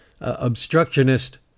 obstructionist